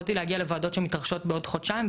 יכולתי להגיע לוועדות שמתרחשות בעוד חודשיים,